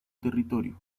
territorio